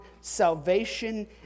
salvation